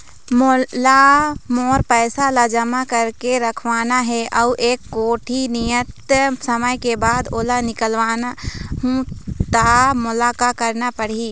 मोला मोर पैसा ला जमा करके रखवाना हे अऊ एक कोठी नियत समय के बाद ओला निकलवा हु ता मोला का करना पड़ही?